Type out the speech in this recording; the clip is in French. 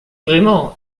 vraiment